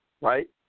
right